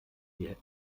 die